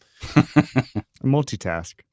Multitask